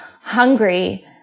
hungry